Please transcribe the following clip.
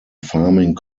farming